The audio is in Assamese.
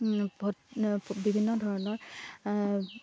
বিভিন্ন ধৰণৰ